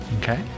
Okay